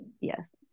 yes